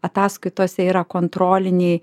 ataskaitose yra kontroliniai